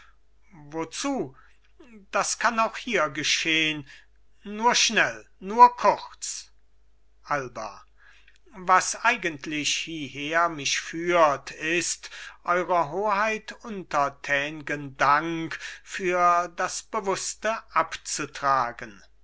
wozu das kann hier auch geschehn nur schnell nur kurz alba was eigentlich hierher mich führt ist eurer hoheit untertängen dank für das bewußte abzutragen